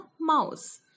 mouse